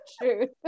true